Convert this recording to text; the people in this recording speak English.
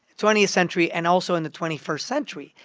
twentieth century and also in the twenty first century.